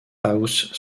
house